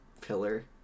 pillar